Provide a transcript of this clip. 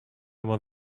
was